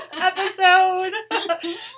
episode